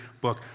book